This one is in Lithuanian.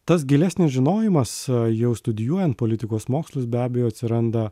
tas gilesnis žinojimas jau studijuojant politikos mokslus be abejo atsiranda